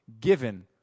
given